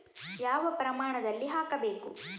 ಯಾವ ಪ್ರಮಾಣದಲ್ಲಿ ಹಾಕಬೇಕು?